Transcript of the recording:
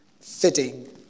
fitting